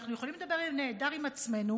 אנחנו יכולים לדבר נהדר עם עצמנו,